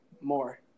More